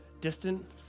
distant